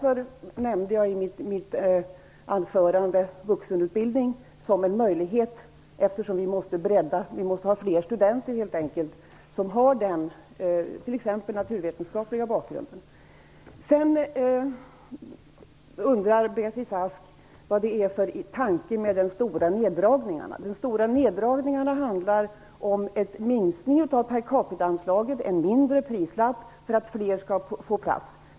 Jag nämnde i mitt anförande vuxenutbildning som en möjlighet, eftersom det helt enkelt måste bli fler studenter med exempelvis naturvetenskaplig bakgrund. Sedan undrar Beatrice Ask vad det är för tanke bakom de stora neddragningarna. De stora neddragningarna handlar om en minskning av per capitaanslaget, ett lägre pris för att fler skall få plats.